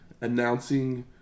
announcing